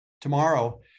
tomorrow